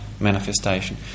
manifestation